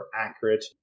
accurate